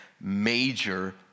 major